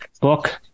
book